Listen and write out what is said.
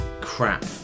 crap